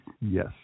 Yes